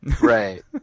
right